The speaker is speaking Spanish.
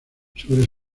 sobre